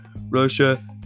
Russia